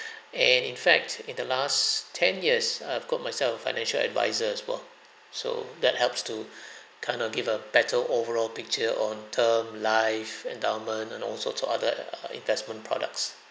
and in fact in the last ten years I've got myself a financial advisor as well so that helps to kind of give a better overall picture on term life endowment and all sorts of other err investment products